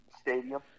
stadium